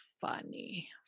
funny